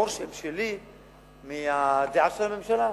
ומה הרושם שלי מהדעה של הממשלה.